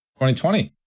2020